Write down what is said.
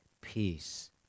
peace